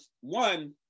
one